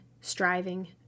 striving